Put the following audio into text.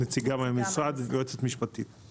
כאן יועצת משפטית מהמשרד.